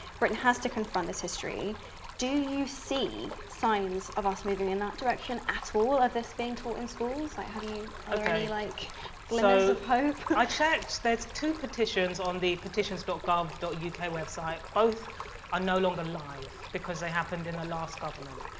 britain has to confront this history do you see signs of us moving in that direction at all of this being taught in schools might have you like any like glimpses of hope? i checked there's two petitions on the petitions dot com dot uk' website both are no longer live because they happened in the last government,